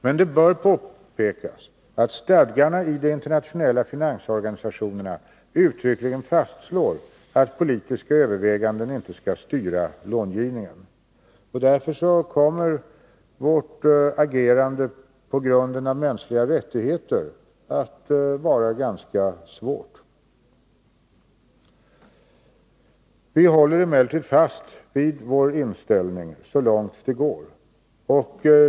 Men det bör påpekas att stadgarna i de internationella finansorganisationerna uttryckligen fastslår att politiska överväganden inte skall styra långivningen. Därför kommer vårt agerande med hänsyn till mänskliga rättigheter att vara ganska svårt. Vi håller emellertid fast vid vår inställning så långt det går.